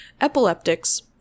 epileptics